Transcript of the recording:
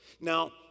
Now